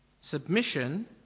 submission